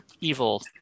evil